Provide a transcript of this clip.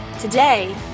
today